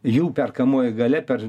jų perkamoji galia per